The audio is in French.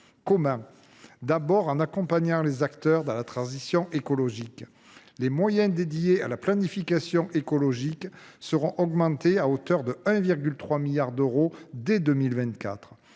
Comment ? D’abord, en accompagnant les acteurs dans la transition écologique. Les moyens dédiés à la planification écologique seront augmentés à hauteur de 1,3 milliard d’euros dès 2024.